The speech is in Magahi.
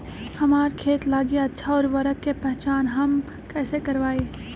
हमार खेत लागी अच्छा उर्वरक के पहचान हम कैसे करवाई?